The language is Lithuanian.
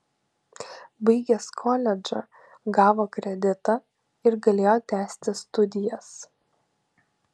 baigęs koledžą gavo kreditą ir galėjo tęsti studijas